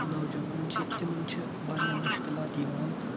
نوجوان چھِ تِمَن چھِ واریاہ مُشکِلات یِوان